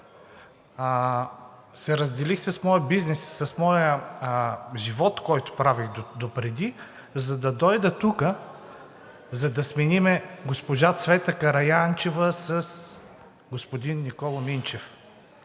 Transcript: се разделих с моя бизнес и с моя живот, който правех допреди, за да дойда тук, за да сменим госпожа Цвета Караянчева с господин Никола Минчев.